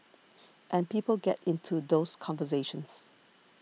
and people get into those conversations